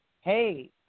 Hey